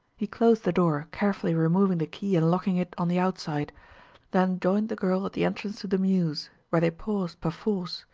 he closed the door, carefully removing the key and locking it on the outside then joined the girl at the entrance to the mews, where they paused perforce,